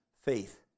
Faith